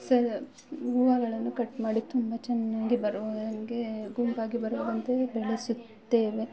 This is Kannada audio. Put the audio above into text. ಹೂವುಗಳನ್ನು ಕಟ್ ಮಾಡಿ ತುಂಬ ಚೆನ್ನಾಗಿ ಬರುವವರೆಗೆ ಗುಂಪಾಗಿ ಬರುವವರೆಗೂ ಬೆಳೆಸುತ್ತೇವೆ